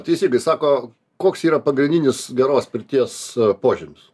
teisingai sako koks yra pagrindinis geros pirties požymis